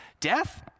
Death